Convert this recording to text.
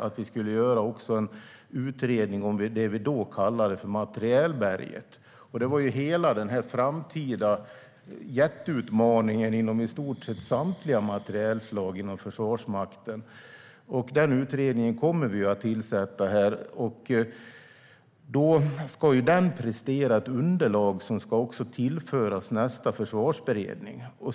att vi skulle göra en utredning av det vi då kallade för materielberget. Det gäller hela den framtida jätteutmaningen inom i stort sett samtliga materielslag inom Försvarsmakten. Denna utredning kommer vi att tillsätta, och den ska prestera ett underlag som ska tillföras nästa försvarsberedning.